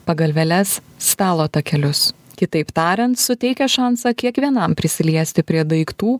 pagalvėles stalo takelius kitaip tariant suteikia šansą kiekvienam prisiliesti prie daiktų